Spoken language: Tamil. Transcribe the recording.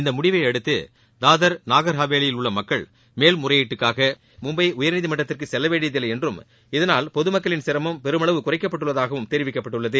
இந்த முடிவை அடுத்து தாதர் நாகர் ஹவேலியில் உள்ள மக்கள் மேல்முறையீட்டுக்காக மும்பை உயர்நீதிமன்றத்திற்கு செல்ல வேண்டியதில்லை என்றும் இதனால் பொதுமக்களின் சிரமம் பெருமளவு குறைக்கப்பட்டுள்ளதாகவும் தெரிவிக்கப்பட்டுள்ளது